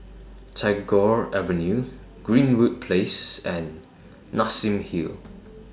Tagore Avenue Greenwood Place and Nassim Hill